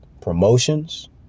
promotions